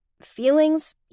feelings